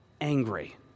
angry